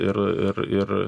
ir ir ir